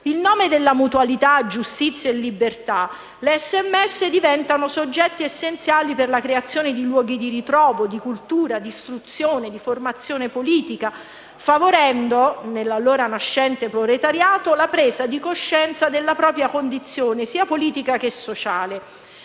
In nome della mutualità, della giustizia e della libertà, le SMS diventano soggetti essenziali per la creazione di luoghi di ritrovo, di cultura, di istruzione e di formazione politica, favorendo nell'allora nascente proletariato la presa di coscienza della propria condizione, sia politica che sociale.